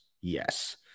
Yes